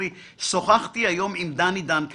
אני לא חושבת שאני צריכה להיפגש עם לווים לבד.